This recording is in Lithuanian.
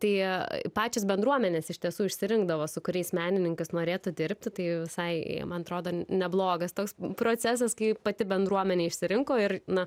tai pačios bendruomenės iš tiesų išsirinkdavo su kuriais menininkas norėtų dirbti tai visai man atrodo neblogas toks procesas kai pati bendruomenė išsirinko ir na